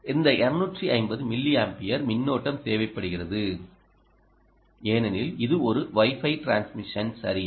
இந்த 250 மில்லியாம்பியர் மின்னோட்டம் தேவைப்படுகிறது ஏனெனில் இது ஒரு வைஃபை டிரான்ஸ்மிஷன் சரியா